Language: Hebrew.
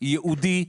ייעודי,